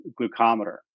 glucometer